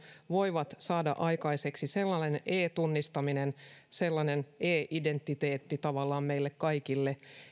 voivat saada aikaiseksi sellaisen e tunnistautumisen sellaisen e identiteetin tavallaan meille kaikille